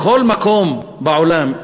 בכל מקום בעולם,